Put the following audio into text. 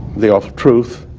the awful truth.